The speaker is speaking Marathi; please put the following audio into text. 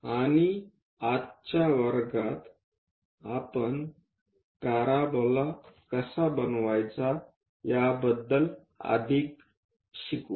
आणि आजच्या वर्गात आपण पॅराबोला कसे बनवायचे याबद्दल अधिक शिकू